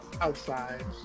Outside